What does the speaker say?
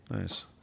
nice